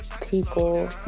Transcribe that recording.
people